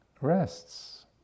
rests